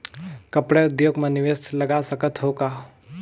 कपड़ा उद्योग म निवेश लगा सकत हो का?